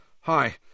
Hi